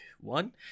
One